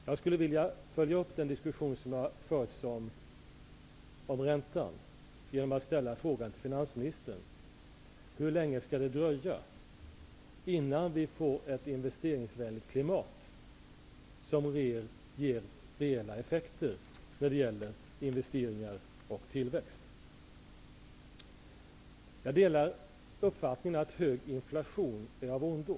Jag skulle vilja följa upp den diskussion som har förts om räntan genom att ställa en fråga till finansministern: Hur länge skall det dröja innnan vi får ett investeringsvänligt klimat som ger reella effekter på investeringar och tillväxt? Jag delar uppfattningen att hög inflation är av ondo.